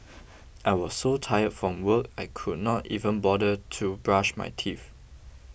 I was so tired from work I could not even bother to brush my teeth